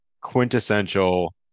quintessential